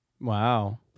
Wow